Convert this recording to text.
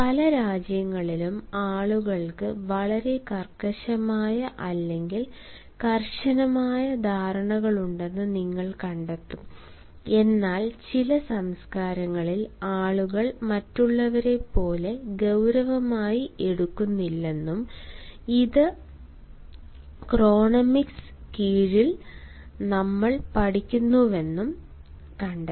പല രാജ്യങ്ങളിലും ആളുകൾക്ക് വളരെ കർക്കശമായ അല്ലെങ്കിൽ കർശനമായ ധാരണകളുണ്ടെന്ന് നിങ്ങൾ കണ്ടെത്തും എന്നാൽ ചില സംസ്കാരങ്ങളിൽ ആളുകൾ മറ്റുള്ളവരെപ്പോലെ ഗൌരവമായി എടുക്കുന്നില്ലെന്നും ഇത് ക്രോണമിക്സിന് കീഴിൽ നമ്മൾ പഠിക്കുന്നുവെന്നും കണ്ടെത്തി